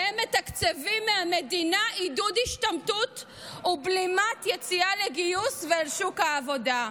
והם מתקצבים מהמדינה עידוד השתמטות ובלימת יציאה לגיוס ואל שוק העבודה.